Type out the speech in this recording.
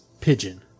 pigeon